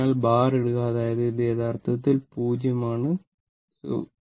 അതിനാൽ ബാർ ഇടുക അതായത് ഇത് യഥാർത്ഥത്തിൽ 0 ആണ് 0 ത്തെ കുറിച്ച് മറക്കുക